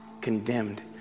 condemned